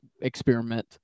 experiment